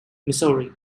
missouri